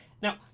Now